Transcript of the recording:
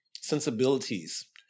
sensibilities